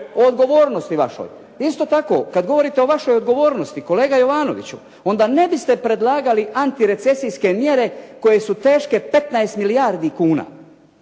o odgovornosti vašoj. Isto tako kada govorite o vašoj odgovornosti kolega Jovanoviću onda ne biste predlagali antirecesijske mjere koje su teške 15 milijardi kuna.